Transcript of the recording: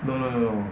no no no